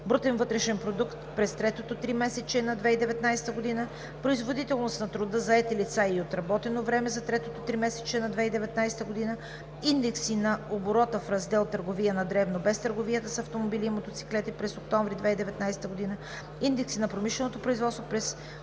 брутен вътрешен продукт през третото тримесечие на 2019 г.; производителност на труда, заети лица и отработено време за третото тримесечие на 2019 г.; индекси на оборота в Раздел „Търговия на дребно“, без търговията с автомобили и мотоциклети, през октомври 2019 г.; индекси на промишленото производство през